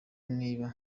niba